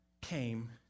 came